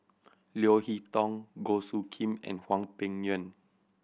Leo Hee Tong Goh Soo Khim and Hwang Peng Yuan